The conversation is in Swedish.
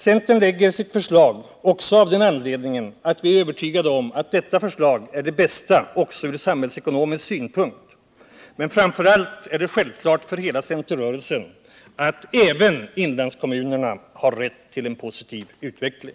Centern lägger fram sitt förslag också av den anledningen att vi är övertygade om att detta förslag är det bästa också från samhällsekonomisk synpunkt, men framför allt är det självklart för hela centerrörelsen att även inlandskommunerna har rätt till en positiv utveckling.